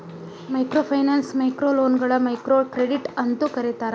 microfinance ಮೈಕ್ರೋಲೋನ್ಗಳ microcredit ಅಂತೂ ಕರೇತಾರ